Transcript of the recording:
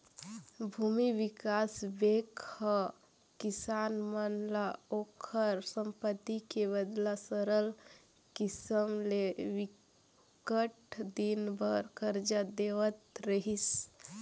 भूमि बिकास बेंक ह किसान मन ल ओखर संपत्ति के बदला सरल किसम ले बिकट दिन बर करजा देवत रिहिस